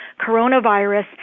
coronavirus